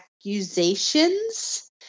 accusations